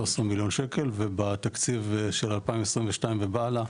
מיליון שקל ובתקציב של 2022 ובהלאה,